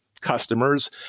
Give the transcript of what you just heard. Customers